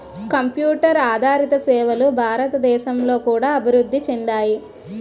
computer ఆదారిత సేవలు భారతదేశంలో కూడా అభివృద్ధి చెందాయి